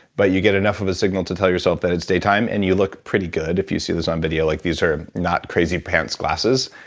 but you get enough of a signal to tell yourself that it's daytime, and you look pretty good, if you see this on video. like, these are not crazy glasses.